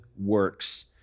works